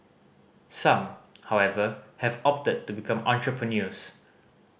some however have opted to become entrepreneurs